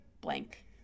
blank